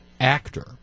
actor